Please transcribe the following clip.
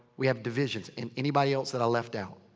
we have divisions. and anybody else that i left out.